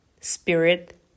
spirit